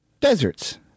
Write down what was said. deserts